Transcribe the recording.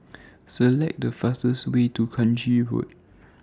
Select The fastest Way to Kranji Road